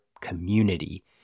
community